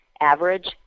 Average